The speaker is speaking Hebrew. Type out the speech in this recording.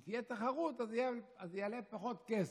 אם תהיה תחרות אז הכשרות תעלה פחות כסף.